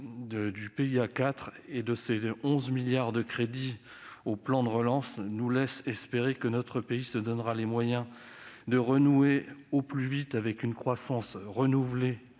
du PIA 4 et de ses 11 milliards de crédits au plan de relance nous laisse espérer que notre pays se donnera les moyens de renouer au plus vite avec une croissance renouvelée